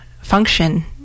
function